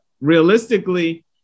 realistically